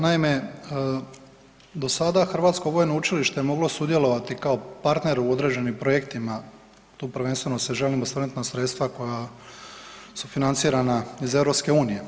Naime, do sada Hrvatskoj vojno učilište moglo sudjelovati kao partner u određenim projektima, tu se prvenstveno želim osvrnuti na sredstva koja su financirana iz EU.